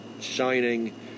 shining